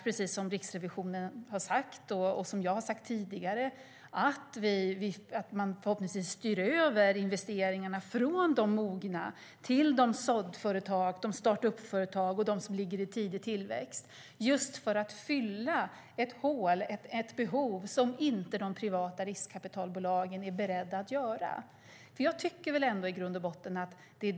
Precis som Riksrevisionen har sagt, och som jag har sagt tidigare, är det önskvärt att man styr över investeringar från mogna företag till såddföretag, uppstartsföretag och de företag som ligger i tidig tillväxt just för att fylla ett hål, tillgodose ett behov, som de privata riskkapitalbolagen inte är beredda att göra.